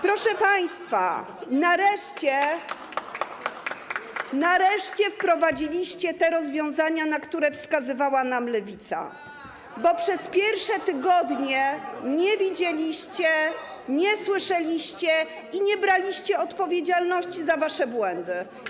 Proszę państwa, nareszcie wprowadziliście te rozwiązania, na które wskazywała Lewica, bo przez pierwsze tygodnie nie widzieliście, nie słyszeliście i nie braliście odpowiedzialności za wasze błędy.